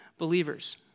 believers